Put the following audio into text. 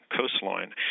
coastline